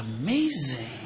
amazing